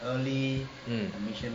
mm